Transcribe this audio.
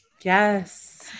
Yes